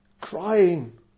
crying